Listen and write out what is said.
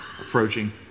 approaching